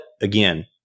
again